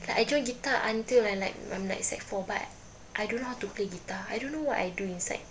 like I join guitar until when like I'm like sec four but I don't know how to play guitar I don't know what I do inside